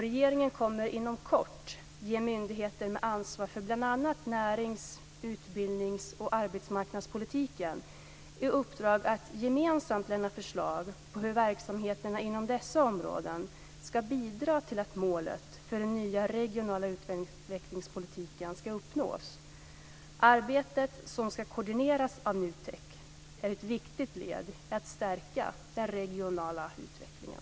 Regeringen kommer inom kort att ge myndigheter med ansvar för bl.a. närings-, utbildnings och arbetsmarknadspolitiken i uppdrag att gemensamt lämna förslag på hur verksamheterna inom dessa områden ska bidra till att målet för den nya regionala utvecklingspolitiken ska uppnås. Arbetet, som ska koordineras av NUTEK, är ett viktigt led i att stärka den regionala utvecklingen.